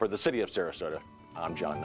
for the city of sarasota i'm john